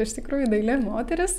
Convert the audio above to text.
iš tikrųjų daili moteris